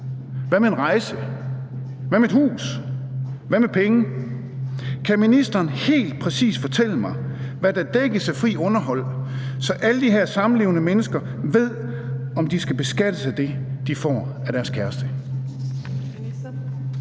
Hvad med en rejse? Hvad med et hus? Hvad med penge? Kan ministeren helt præcis fortælle mig, hvad der dækkes af frit underhold, så alle de her samlevende mennesker ved, om de skal beskattes af det, de får af deres kæreste?